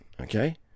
okay